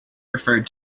referred